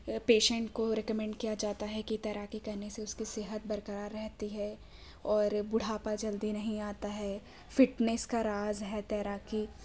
patient کو recommend کیا جاتا ہے کہ تیراکی کرنے سے اس کی صحت برقرار رہتی ہے اور بڑھاپا جلدی نہیں آتا ہے فٹنس کا راز ہے تیراکی